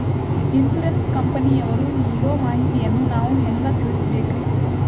Insurance ಕಂಪನಿಯವರು ನೀಡೋ ಮಾಹಿತಿಯನ್ನು ನಾವು ಹೆಂಗಾ ತಿಳಿಬೇಕ್ರಿ?